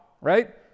right